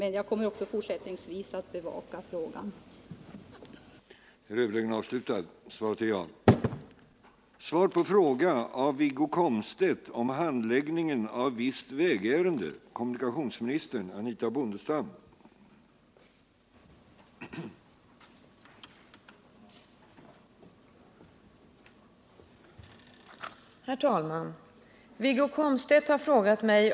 Nu när den svåra Skånevintern är slut och problem inte kan visas på rätt sätt, då gör kommunikationsministern plötsligt ett besök på ett vägstationsområde, på inbjudan av en lokal folkpartiavdelning.